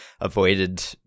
avoided